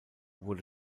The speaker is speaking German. wurde